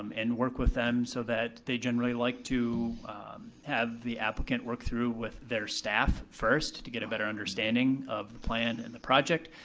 um and work with them so that they generally like to have the applicant work through with their staff first to get a better understanding of the plan and the project.